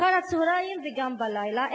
אחר-הצהריים וגם בלילה,